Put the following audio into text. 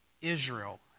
Israel